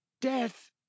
Death